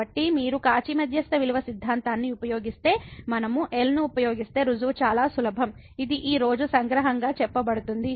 కాబట్టి మీరు కాచి మధ్యస్థ విలువ సిద్ధాంతాన్ని ఉపయోగిస్తే మనము L ను ఉపయోగిస్తే రుజువు చాలా సులభం ఇది ఈ రోజు సంగ్రహంగా చెప్పబడింది